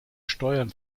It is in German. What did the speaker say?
steuern